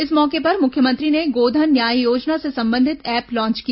इस मौके पर मुख्यमंत्री ने गोधन न्याय योजना से संबंधित ऐप लांच किया